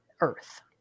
earth